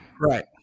Right